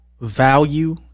Value